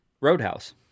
Roadhouse